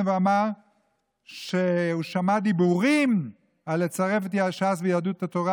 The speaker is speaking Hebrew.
ואמר שהוא שמע דיבורים על לצרף את ש"ס ויהדות התורה,